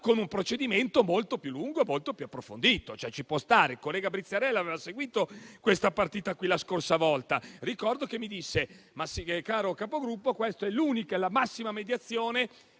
con un procedimento molto più lungo e molto più approfondito.